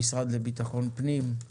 המשרד לביטחון פנים,